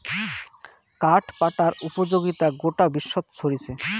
কাঠ পাটার উপযোগিতা গোটা বিশ্বত ছরিচে